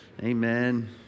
Amen